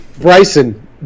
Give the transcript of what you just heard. Bryson